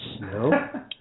No